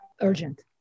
urgent